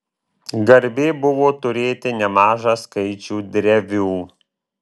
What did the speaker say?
garbė buvo turėti nemažą skaičių drevių